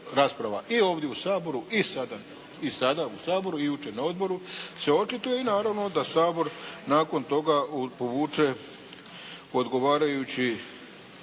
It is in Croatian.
rasprava i ovdje u Saboru i sada u Saboru i jučer na odboru, se očituje i naravno da Sabor nakon toga povuče odgovarajući